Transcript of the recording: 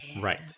Right